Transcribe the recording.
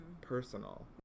personal